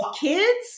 kids